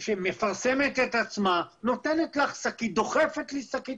שמפרסמת את עצמה, נותנת לך שקית, דוחפת לך שקית.